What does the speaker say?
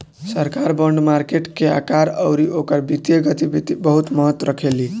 सरकार bond market के आकार अउरी ओकर वित्तीय गतिविधि बहुत महत्व रखेली